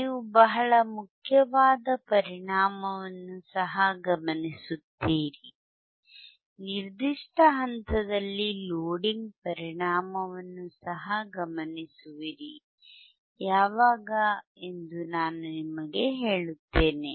ನೀವು ಬಹಳ ಮುಖ್ಯವಾದ ಪರಿಣಾಮವನ್ನು ಸಹ ಗಮನಿಸುತ್ತೀರಿ ನಿರ್ದಿಷ್ಟ ಹಂತದಲ್ಲಿ ಲೋಡಿಂಗ್ ಪರಿಣಾಮವನ್ನು ಸಹ ಗಮನಿಸುವಿರಿ ಯಾವಾಗ ಎಂದು ನಾನು ನಿಮಗೆ ಹೇಳುತ್ತೇನೆ